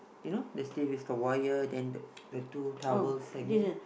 you know they still with the wire then the two towers hanging